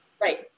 Right